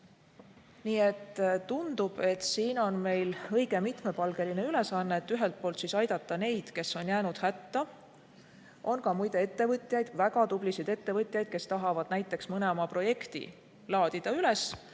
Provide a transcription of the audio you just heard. Nii et tundub, et siin on meil õige mitmepalgeline ülesanne. Ühelt poolt tuleb aidata neid, kes on jäänud hätta. On ka muide ettevõtjaid, väga tublisid ettevõtjaid, kes tahavad näiteks mõne projekti üles